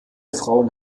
frauen